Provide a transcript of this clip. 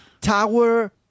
tower